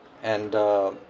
and uh